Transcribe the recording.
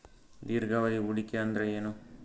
ದೀರ್ಘಾವಧಿ ಹೂಡಿಕೆ ಅಂದ್ರ ಏನು?